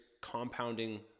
compounding